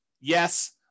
Yes